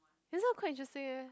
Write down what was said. this one quite interesting eh